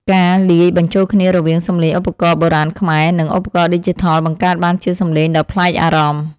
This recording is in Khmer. ការលាយបញ្ចូលគ្នារវាងសំឡេងឧបករណ៍បុរាណខ្មែរ និង ឧបករណ៍ឌីជីថលបង្កើតបានជាសំឡេងដ៏ប្លែកអារម្មណ៍។